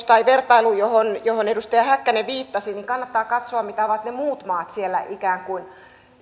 tai vertailusta johon johon edustaja häkkänen viittasi kannattaa katsoa mitä ovat ne muut maat siellä ikään kuin